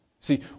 See